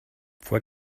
fue